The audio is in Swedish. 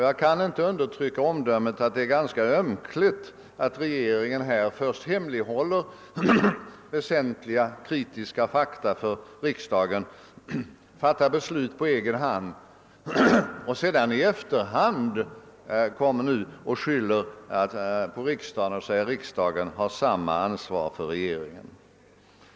Jag kan inte undertrycka omdömet att det är ganska ömkligt att regeringen först hemlighåller väsentliga kritiska fakta för riksdagen och fattar beslut på egen hand för att sedan i efterhand skylla på riksdagen; riksdagen skulle ha samma ansvar som regeringen, säger man.